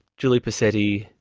julie posetti,